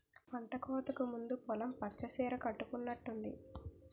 పంటకోతకు ముందు పొలం పచ్చ సీర కట్టుకునట్టుంది